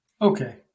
Okay